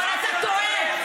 אבל אתה טועה,